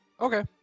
Okay